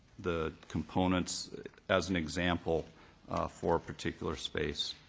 the components as an example for a particular space.